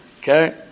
Okay